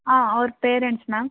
ಹಾಂ ಅವ್ರ parents ma'am